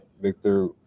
Victor